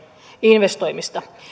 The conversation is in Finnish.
investoimista